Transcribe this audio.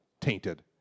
tainted